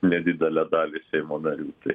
nedidelę dalį seimo narių tai